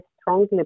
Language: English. strongly